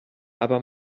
aber